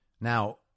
Now